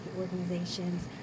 organizations